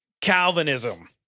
Calvinism